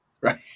right